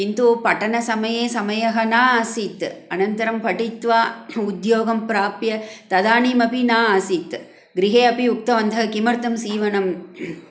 किन्तु पठनसमये समयः न आसीत् अनन्तरं पठित्वा उद्योगं प्राप्य तदानीमपि न आसीत् गृहे अपि उक्तवन्तः किमर्थं सीवणं